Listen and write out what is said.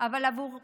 אבל עבור רבים,